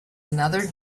another